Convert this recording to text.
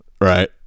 right